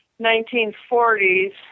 1940s